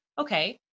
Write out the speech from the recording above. Okay